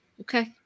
Okay